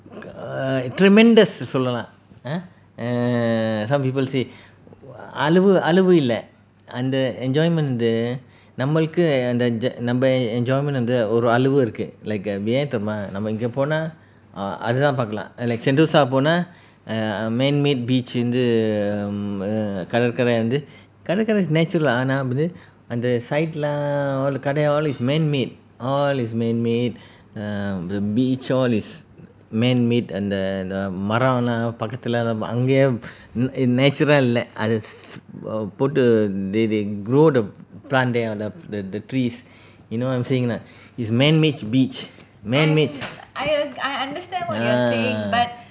err tremendous சொல்லலாம்:sollalam lah ah err some people say அளவு அளவு இல்ல அந்த:alavu alavu illa antha enjoyment வந்து நம்மளுக்கு அந்த நம்ம:vanthu nammaluku antha namma enjoyment ஒரு அளவு இருக்கு ஏன் தெரியுமா நம்ம இங்க போனா:oru alavu iruku yen theriuma namma inga pona like அது தான் பார்க்கலாம்:adhu thaan paarkalam like sentosa போனா:pona ah like man-made beach வந்து கடற்கரை வந்து:vanthu kadarkarai vanthu um err கடற்கரை:kadarkarai natural அந்த:antha sight lah all the கடைலாம்:kadailam all this man-made all is man-made ah the beach all is man-made அந்த மரம்:antha maram mm n~ natural இல்ல அத போட்டு:illa atha potu they they grow the plant there on th~ the the trees you know what I'm saying not is man-made beach man-made ah